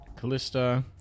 Callista